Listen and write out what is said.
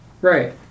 Right